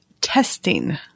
testing